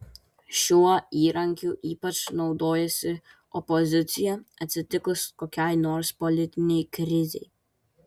šiuo įrankiu ypač naudojasi opozicija atsitikus kokiai nors politinei krizei